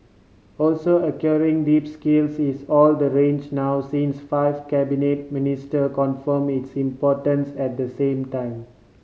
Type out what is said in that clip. also acquiring deep skills is all the rage now since five cabinet minister confirm its importance at the same time